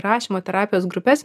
rašymo terapijos grupes